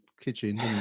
Kitchen